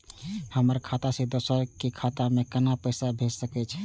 हमर खाता से दोसर के खाता में केना पैसा भेज सके छे?